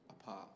apart